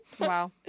Wow